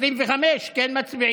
הסתייגות מס' 25 לא התקבלה.